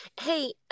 Hey